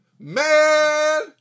Man